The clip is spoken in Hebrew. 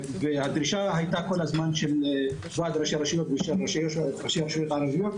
הדרישה הייתה כל הזמן של ועד ראשי רשויות ושל ראשי רשויות ערביות,